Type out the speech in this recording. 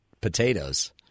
potatoes